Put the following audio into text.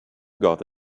got